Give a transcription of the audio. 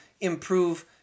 improve